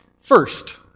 first